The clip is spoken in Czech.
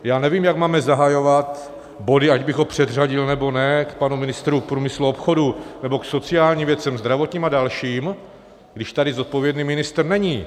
Já nevím, jak máme zahajovat body, ať bych předřadil, nebo ne, k panu ministru průmyslu a obchodu nebo k sociálním věcem, zdravotním a dalším, když tady zodpovědný ministr není.